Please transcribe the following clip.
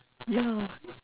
yeah